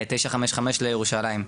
955, לירושלים.